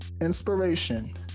inspiration